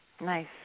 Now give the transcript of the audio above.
Nice